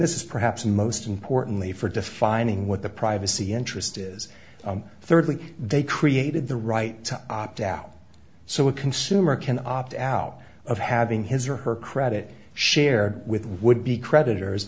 this is perhaps most importantly for defining what the privacy interest is thirdly they created the right to opt out so a consumer can opt out of having his or her credit share with would be creditors